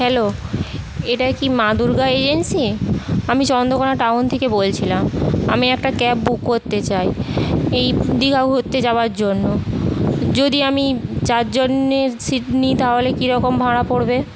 hello এটা কি Maa Durga agency আমি চন্দ্রকোনা টাউন থেকে বলছিলাম আমি একটা ক্যাব বুক করতে চাই এই দীঘা ঘুরতে যাওয়ার জন্য যদি আমি চারজনের সিট নিই তাহলে কিরকম ভাড়া পড়বে